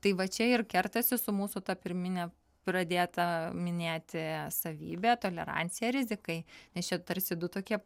tai va čia ir kertasi su mūsų ta pirmine pradėta minėti savybe tolerancija rizikai nes čia tarsi du tokie